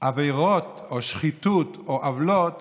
עבירות או שחיתות או עוולות